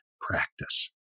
practice